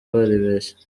baribeshye